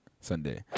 Sunday